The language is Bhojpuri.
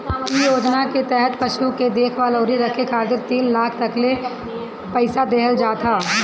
इ योजना के तहत पशु के देखभाल अउरी रखे खातिर तीन लाख तकले पईसा देहल जात ह